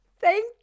thank